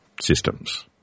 systems